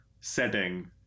setting